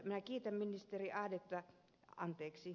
minä kiitän ministeri ahdetta anteeksi